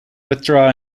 withdraw